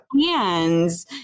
hands